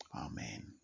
amen